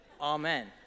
Amen